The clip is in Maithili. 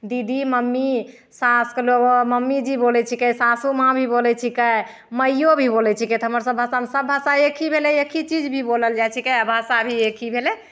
दीदी मम्मी सासुके लोक आओर मम्मीजी बोलै छिकै सासु माँ भी बोलै छिकै माइओ भी बोलै छिकै तऽ हमर सब भाषामे सब भाषा एकहि भेलै एकहि चीज भी बोलल जाइ छिकै आओर भाषा भी एकहि भेलै